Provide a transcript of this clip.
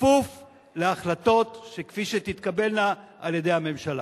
כפוף להחלטות, כפי שתתקבלנה על-ידי הממשלה.